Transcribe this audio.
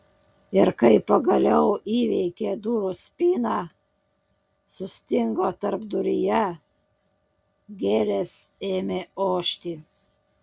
ir kai pagaliau įveikė durų spyną sustingo tarpduryje gėlės ėmė ošti